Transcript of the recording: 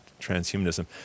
transhumanism